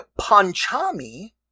Panchami